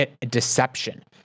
deception